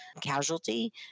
casualty